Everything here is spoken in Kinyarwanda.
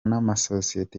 n’amasosiyete